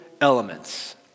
elements